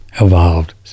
evolved